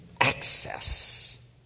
access